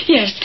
Yes